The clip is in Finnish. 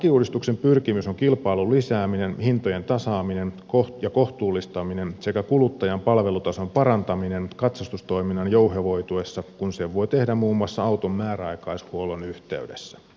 lakiuudistuksen pyrkimys on kilpailun lisääminen hintojen tasaaminen ja kohtuullistaminen sekä kuluttajan palvelutason parantaminen katsastustoiminnan jouhevoituessa kun sen voi tehdä muun muassa auton määräaikaishuollon yhteydessä